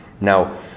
Now